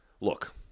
Look